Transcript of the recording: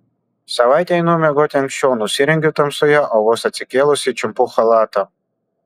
savaitę einu miegoti anksčiau nusirengiu tamsoje o vos atsikėlusi čiumpu chalatą